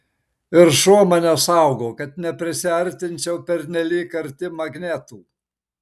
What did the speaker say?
ir šuo mane saugo kad neprisiartinčiau pernelyg arti magnetų